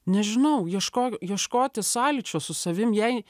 nežinau ieško ieškoti sąlyčio su savim jei